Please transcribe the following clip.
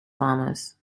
farmers